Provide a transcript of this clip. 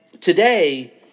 today